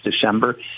December